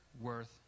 worth